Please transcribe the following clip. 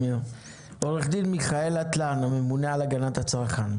עו"ד מיכאל אטלן, הממונה על הגנת הצרכן.